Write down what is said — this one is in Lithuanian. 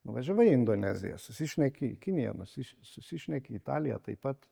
nuvažiavai į indoneziją susišneki į kiniją nusiš susišneki į italiją taip pat